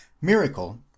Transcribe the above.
miracle